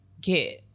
get